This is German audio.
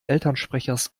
elternsprechers